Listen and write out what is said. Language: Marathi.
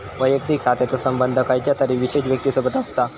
वैयक्तिक खात्याचो संबंध खयच्या तरी विशेष व्यक्तिसोबत असता